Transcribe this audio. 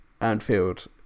Anfield